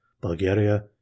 Bulgaria